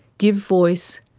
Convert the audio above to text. give voice,